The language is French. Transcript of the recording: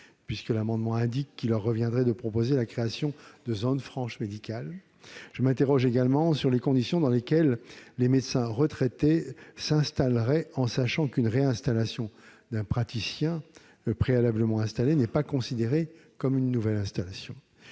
de l'amendement, il leur reviendrait en effet de proposer la création de zones franches médicales -et sur les conditions dans lesquelles des médecins retraités s'installeraient, sachant qu'une réinstallation d'un praticien préalablement installé n'est pas considérée comme une nouvelle installation.